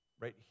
right